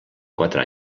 quatre